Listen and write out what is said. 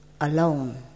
alone